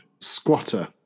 squatter